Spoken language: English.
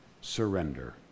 surrender